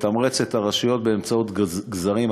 לתמרץ את הרשויות באמצעות גזרים.